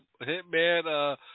Hitman